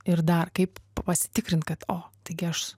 ir dar kaip pasitikrinti kad o taigi aš